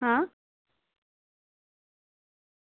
હા